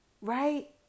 Right